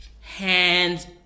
hands